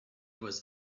was